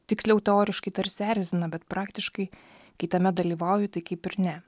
tiksliau teoriškai tarsi erzina bet praktiškai kai tame dalyvauju tai kaip ir ne